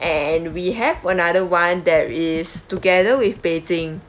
and we have another one that is together with beijing